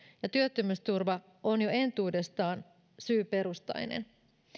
ja työttömyysturva on jo entuudestaan syyperustainen